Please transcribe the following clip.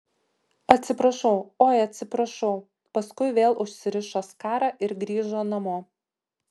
atsiprašau oi atsiprašau paskui vėl užsirišo skarą ir grįžo namo